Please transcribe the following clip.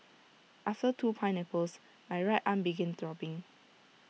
after two pineapples my right arm began throbbing